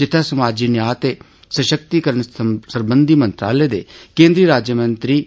जित्थे समाजी न्या ते सशक्तिकरण सरबंधी मंत्रालय दे केन्द्रीय राज्य मंत्री